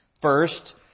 First